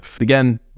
again